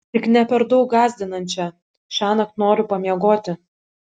tik ne per daug gąsdinančią šiąnakt noriu pamiegoti